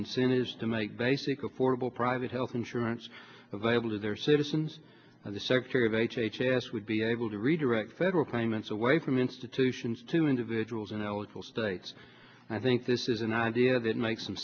incentives to make basic affordable private health insurance available to their citizens as the secretary of h h s would be able to redirect federal payments away from institutions to individuals and eligible states and i think this is an idea that makes some